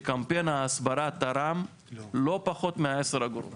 שקמפיין ההסברה תרם לא פחות מ-10 אגורות.